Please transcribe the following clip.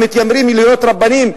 המתיימרים להיות רבנים,